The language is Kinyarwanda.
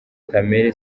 kamere